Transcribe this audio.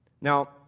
Now